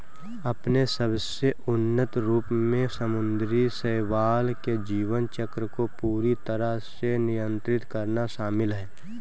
अपने सबसे उन्नत रूप में समुद्री शैवाल के जीवन चक्र को पूरी तरह से नियंत्रित करना शामिल है